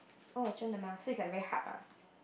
oh zhen de ma so is like very hard ah